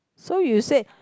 so you said